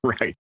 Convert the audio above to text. Right